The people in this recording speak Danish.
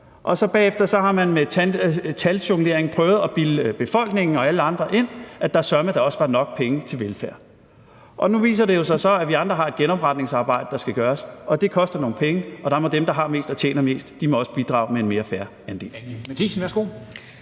og bagefter har man med taljonglering prøvet at bilde befolkningen og alle andre ind, at der søreme da også var nok penge til velfærd. Nu viser det sig jo så, at vi andre har et genopretningsarbejde, der skal gøres. Det koster nogle penge, og der må dem, der har mest og tjener mest, bidrage med en mere fair andel.